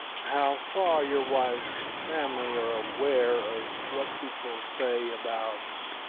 how far your wife's family are aware of what people say about